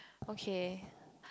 okay